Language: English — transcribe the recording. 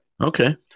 Okay